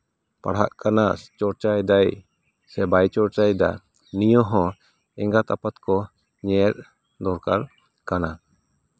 ᱯᱟᱲᱦᱟᱜ ᱠᱟᱱᱟ ᱪᱚᱨᱪᱟᱭᱮᱫᱟᱭ ᱥᱮ ᱵᱟᱭ ᱪᱚᱨᱪᱟᱭᱮᱫᱟ ᱱᱤᱭᱟᱹ ᱦᱚᱸ ᱮᱸᱜᱟᱛ ᱟᱯᱟᱛ ᱠᱚ ᱧᱮᱞ ᱫᱚᱨᱠᱟᱨ ᱠᱟᱱᱟ